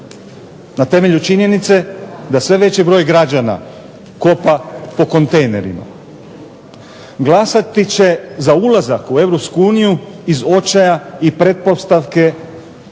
na temelju činjenice da sve veći broj građana kopa po kontejnerima. Glasati će za ulazak u Europsku uniju iz očaja i pretpostavke